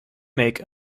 make